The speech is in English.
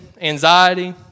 anxiety